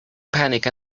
panic